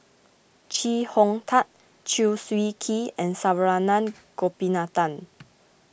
Chee Hong Tat Chew Swee Kee and Saravanan Gopinathan